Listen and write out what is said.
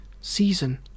Season